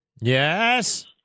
Yes